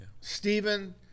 Stephen